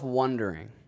wondering